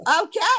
Okay